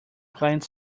client